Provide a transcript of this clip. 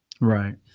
Right